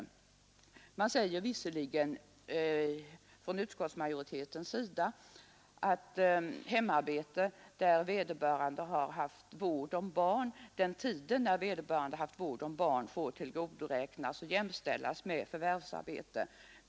Utskottsmajoriteten säger visserligen att hemarbete under den tid vederbörande har haft vårdnaden om barn får jämställas med förvärvsarbete och tillgodoräknas.